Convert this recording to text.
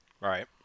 right